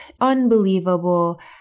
unbelievable